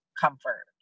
comfort